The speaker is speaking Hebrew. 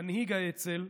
מנהיג האצ"ל,